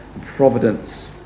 providence